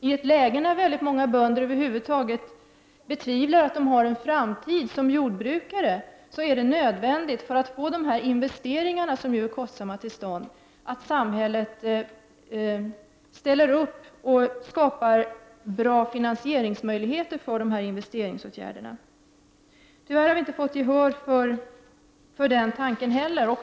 I ett läge när många bönder betvivlar att de har en framtid som jordbrukare är det nödvändigt för att få till stånd dessa kostsamma investeringar att samhället skapar bra finansieringsmöjligheter för dessa. Tyvärr har vi inte fått gehör heller för den tanken.